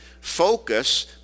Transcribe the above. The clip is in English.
focus